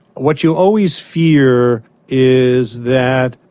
what you always fear is that,